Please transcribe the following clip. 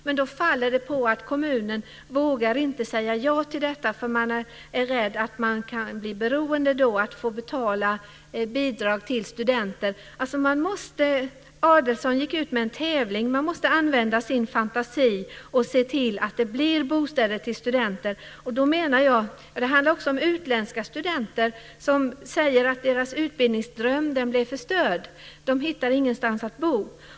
Men det faller på att kommunen inte vågar säga ja till detta eftersom man är rädd att man blir beroende, och måste betala bidrag till studenter. Adelsohn gick ut med en tävling. Man måste använda sin fantasi och se till att det blir bostäder till studenter. Det handlar ju också om de utländska studenter som säger att deras utbildningsdröm blev förstörd. De hittade ingenstans att bo.